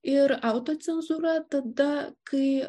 ir autocenzūra tada kai